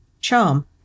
Charm